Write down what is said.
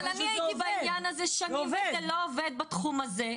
אבל אני הייתי בעניין הזה שנים וזה לא עובד בתחום הזה,